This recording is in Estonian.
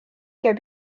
käib